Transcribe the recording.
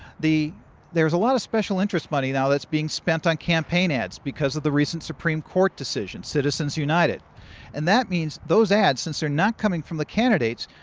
there's a lot of special interest money now that's being spent on campaign ads because of the recent supreme court decision citizens united and that means those ads since they're not coming from the candidates,